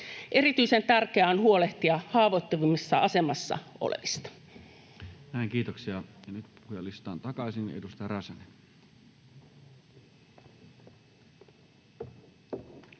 Erityisen tärkeää on huolehtia haavoittuvimmassa asemassa olevista.